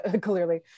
clearly